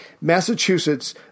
Massachusetts